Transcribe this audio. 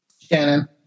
Shannon